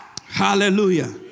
hallelujah